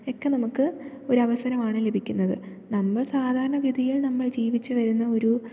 ഒക്കെ നമുക്ക് ഒരവസരമാണ് ലഭിക്കുന്നത് നമ്മൾ സാധാരണ ഗതിയിൽ നമ്മൾ ജീവിച്ചു വരുന്ന ഒരു